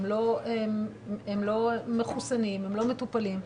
הם לא מחוסנים ולא מטופלים.